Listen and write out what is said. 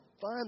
fun